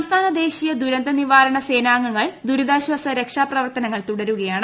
സംസ്ഥാന ദേശീയ ദുരന്തു നിവിധരണ സേനാംഗങ്ങൾ ദുരിതാശ്വാസ രക്ഷാപ്രവർത്ത്ന്ങൾ തുടരുകയാണ്